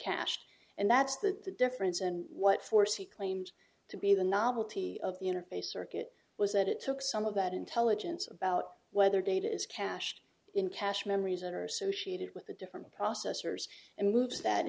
cached and that's that the difference and what force he claims to be the novelty of the interface circuit was that it took some of that intelligence about whether data is cached in cash memories that are associated with a different processors and moves that